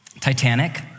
Titanic